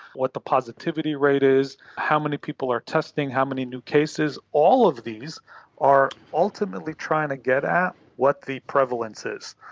what the positivity rate is, how many people are testing, how many new cases, all of these are ultimately trying to get at what the prevalence is.